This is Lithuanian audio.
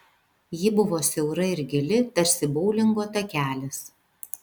ji buvo siaura ir gili tarsi boulingo takelis